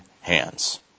hands